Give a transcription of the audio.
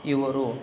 ಇವರು